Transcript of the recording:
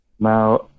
Now